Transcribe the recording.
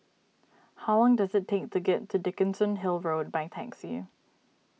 how does it take to get to Dickenson Hill Road by taxi